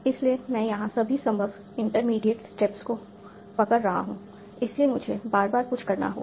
इसलिए मैं यहां सभी संभव इंटरमीडिएट स्टेप्स को पकड़ रहा हूं इसलिए मुझे बार बार कुछ करना होगा